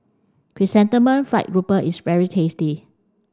Chrysanthemum fried grouper is very tasty